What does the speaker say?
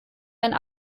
ein